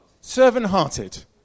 Servant-hearted